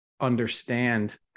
understand